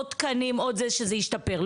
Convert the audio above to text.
עוד תקנים כדי שזה ישתפר,